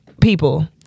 people